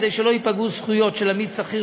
כדי שלא ייפגעו זכויות של עמית שכיר